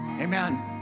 Amen